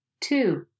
Two